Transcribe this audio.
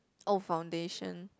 oh foundation